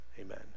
amen